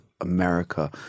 America